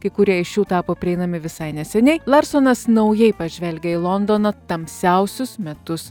kai kurie iš jų tapo prieinami visai neseniai larsonas naujai pažvelgia į londono tamsiausius metus